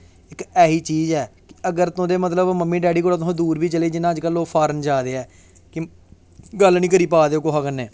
ऐसी चीज़ ऐ अगर तुस मम्मी डैड़ी कोला दा दूर बी चलिये ना अगर तुस फार्न जा दे ऐ गल्ल नी करी पा दे हो कुसै कन्नैं